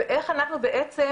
ואיך אנחנו בעצם